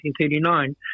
1939